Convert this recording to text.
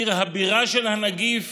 עיר הבירה של הנגיף